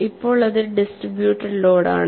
ഇപ്പോൾ ഇത് ഒരു ഡിസ്ട്രിബ്യുട്ടേഡ് ലോഡാണ്